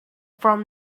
from